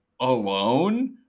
alone